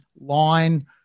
line